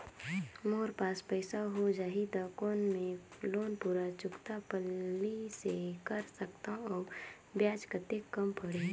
मोर पास पईसा हो जाही त कौन मैं लोन पूरा चुकता पहली ले कर सकथव अउ ब्याज कतेक कम पड़ही?